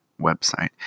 website